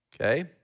Okay